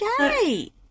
Okay